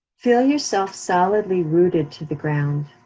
feel yourself solidly rooted to the ground.